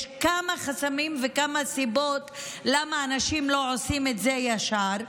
יש כמה חסמים וכמה סיבות למה אנשים לא עושים את זה ישר.